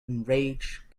enraged